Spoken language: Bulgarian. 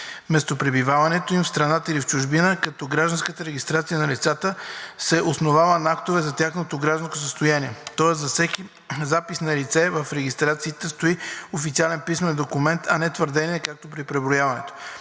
местопребиваването им – в страната или чужбина, като гражданската регистрация на лицата се основава на актове за тяхното гражданско състояние, тоест зад всеки запис на лице в регистрите стои официален писмен документ, а не твърдение, както при преброяването.